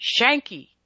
Shanky